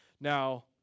Now